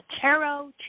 Tarot